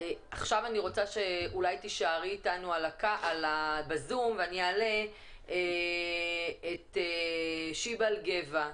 עכשיו אני רוצה שתישארי איתנו בזום ואני אעלה את שובל גבע,